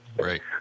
right